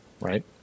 right